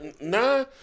nah